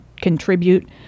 contribute